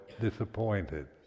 disappointed